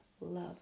love